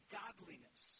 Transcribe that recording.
godliness